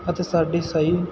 ਅਤੇ ਸਾਡੀ ਸਹੀ